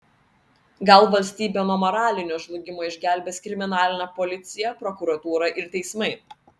gal valstybę nuo moralinio žlugimo išgelbės kriminalinė policija prokuratūra ir teismai